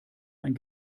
ein